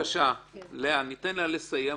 בבקשה ניתן ללאה לסיים.